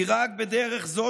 כי רק בדרך זו,